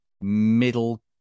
middle